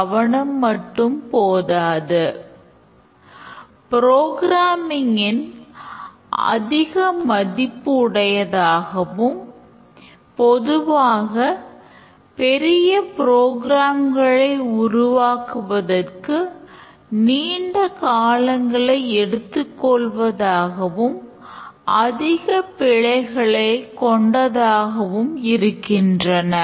control structure உருவாக்குவதற்கு நீண்ட காலங்களை எடுத்துக் கொள்வதாவும் அதிக பிழைகளைக் கொண்டுள்ளதாகவும் இருக்கின்றன